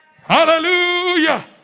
Hallelujah